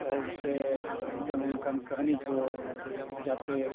ᱚᱞ ᱥᱮ ᱢᱤᱫᱴᱟᱝ ᱚᱱᱠᱟᱱ ᱠᱟᱹᱦᱱᱤ ᱠᱚ ᱡᱟᱛᱮ